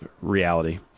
reality